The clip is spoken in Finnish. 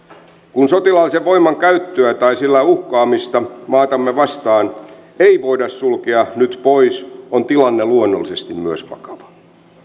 kun sotilaallisen voiman käyttöä tai sillä uhkaamista maatamme vastaan ei voida sulkea nyt pois on tilanne luonnollisesti myös vakava